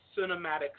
cinematic